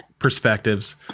perspectives